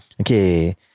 okay